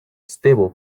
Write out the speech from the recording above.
stable